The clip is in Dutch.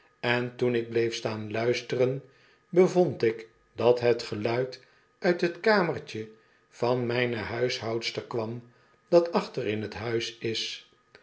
en toen ik bleef staan luisteren bevond ik dat het geluid uit het kamertje van mijne huishoudster kwam dat achter in het huis is